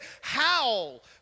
howl